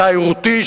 תיירותי,